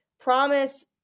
promise